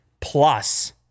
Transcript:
Plus